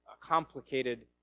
complicated